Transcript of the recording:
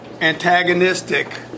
antagonistic